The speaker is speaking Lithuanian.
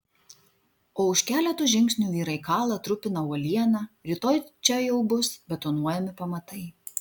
o už keleto žingsnių vyrai kala trupina uolieną rytoj čia jau bus betonuojami pamatai